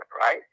right